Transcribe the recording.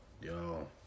yo